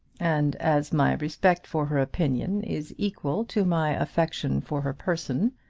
and as my respect for her opinion is equal to my affection for her person,